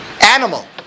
animal